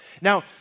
Now